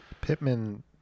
Pittman